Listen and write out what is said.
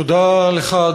תודה לך,